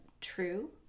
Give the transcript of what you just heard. true